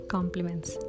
Compliments